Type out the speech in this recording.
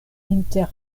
inter